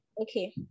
Okay